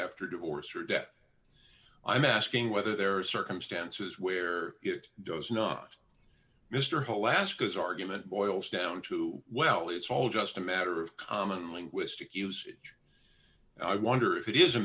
after divorce or death so i'm asking whether there are circumstances where it does not mr hall ask this argument boils down to well it's all just a matter of common linguistic usage i wonder if it is a